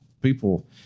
people